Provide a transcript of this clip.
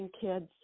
kids